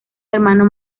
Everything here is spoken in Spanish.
hermano